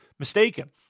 Mistaken